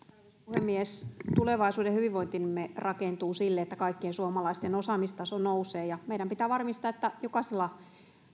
puhemies tulevaisuuden hyvinvointimme rakentuu sille että kaikkien suomalaisten osaamistaso nousee ja meidän pitää varmistaa että jokaisella